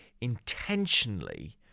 intentionally